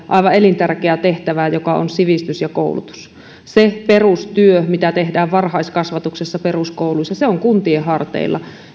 aivan elintärkeää tehtävää joka on sivistys ja koulutus se perustyö mitä tehdään varhaiskasvatuksessa peruskouluissa on kuntien harteilla